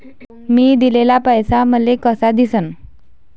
मी दिलेला पैसा मले कसा दिसन?